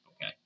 Okay